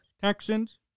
Texans